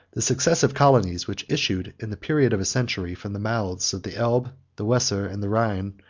the successive colonies which issued, in the period of a century, from the mouths of the elbe, the weser, and the rhine,